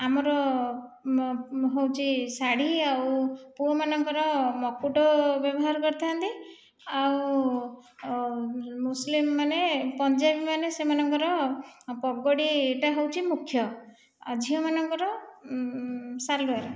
ଆମର ହଉଛି ଶାଢ଼ୀ ଆଉ ପୁଅମାନଙ୍କର ମୁକୁଟ ବ୍ୟବହାର କରିଥାନ୍ତି ଆଉ ମୁସଲିମମାନେ ପଞ୍ଜାବୀ ମାନେ ସେମାନଙ୍କର ପଗଡ଼ିଟା ହେଉଛି ମୁଖ୍ୟ ଆଉ ଝିଅମାନଙ୍କର ଶାଲୱାର